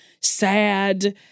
sad